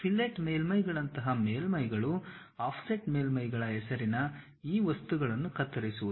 fillet ಮೇಲ್ಮೈಗಳಂತಹ ಮೇಲ್ಮೈಗಳು offset ಮೇಲ್ಮೈಗಳ ಹೆಸರಿನ ಈ ವಸ್ತುಗಳನ್ನು ಕತ್ತರಿಸುವುದು